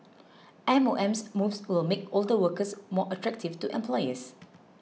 M O M's moves will make older workers more attractive to employers